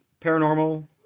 paranormal